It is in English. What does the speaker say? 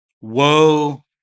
Woe